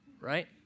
Right